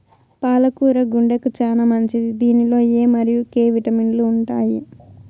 పాల కూర గుండెకు చానా మంచిది దీనిలో ఎ మరియు కే విటమిన్లు ఉంటాయి